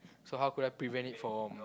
so how could I prevent it from